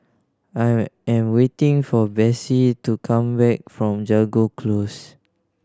I am waiting for Bessie to come back from Jago Close